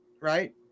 Right